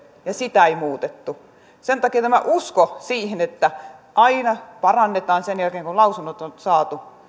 ja sitä ei muutettu sen takia tämä usko siihen että aina parannetaan sen jälkeen kun lausunnot on saatu